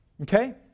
Okay